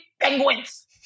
penguins